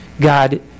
God